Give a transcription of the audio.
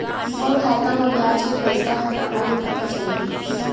मोर खाता म ब्याज के पईसा ह कहां ले पता चलही?